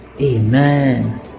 amen